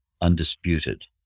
undisputed